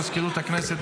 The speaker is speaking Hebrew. מזכירות הכנסת,